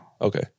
Okay